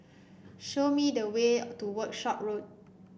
show me the way to Workshop Road